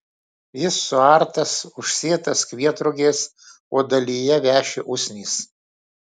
jis suartas užsėtas kvietrugiais o dalyje veši usnys